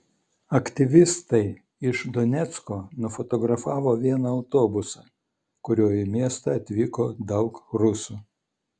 aktyvistai iš donecko nufotografavo vieną autobusą kuriuo į miestą atvyko daug rusų